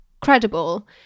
credible